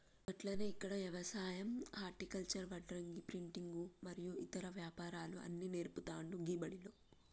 గట్లనే ఇక్కడ యవసాయం హర్టికల్చర్, వడ్రంగి, ప్రింటింగు మరియు ఇతర వ్యాపారాలు అన్ని నేర్పుతాండు గీ బడిలో